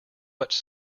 much